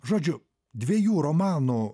žodžiu dviejų romanų